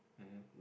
mmhmm